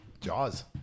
Jaws